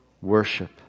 worship